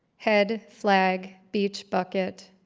head, flag, beach, bucket.